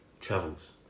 Travels